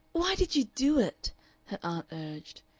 why did you do it? her aunt urged.